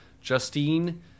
justine